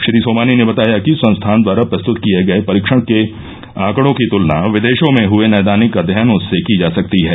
श्री सोमानी ने बताया कि संस्थान द्वारा प्रस्तुत किये गये परीक्षण के आंकड़ो की तुलना विदेशों में हए नैदानिक अव्ययनों से की जा सकती है